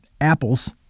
apples